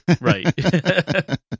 Right